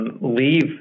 leave